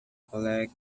collect